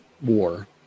War